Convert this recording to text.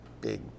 big